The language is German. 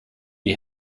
die